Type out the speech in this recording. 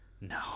No